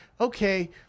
okay